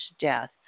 Death